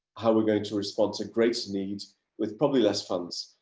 how are we going to respond to greece needs with probably less funds?